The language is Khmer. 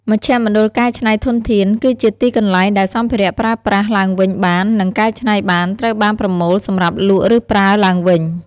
មណ្ឌលកែច្នៃធនធាន គឺជាទីន្លែងដែលសម្ភារៈប្រើប្រាស់ឡើងវិញបាននិងកែច្នៃបាន ត្រូវបានប្រមូលសម្រាប់លក់ឬប្រើឡើងវិញ។